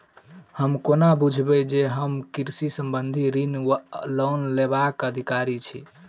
हम कोना बुझबै जे हम कृषि संबंधित ऋण वा लोन लेबाक अधिकारी छी?